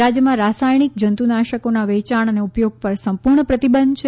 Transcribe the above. રાજ્યમાં રાસાયણિક જંતુનાશકોના વેચાણ અને ઉપયોગ પર સંપૂર્ણ પ્રતિબંધ છે